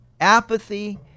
apathy